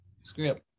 script